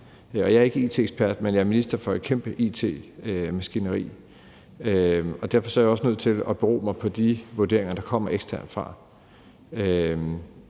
Jeg er ikke it-ekspert, men jeg er minister for et kæmpe it-maskineri, og derfor er jeg også nødt til at støtte mig til de vurderinger, der kommer eksternt fra,